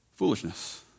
Foolishness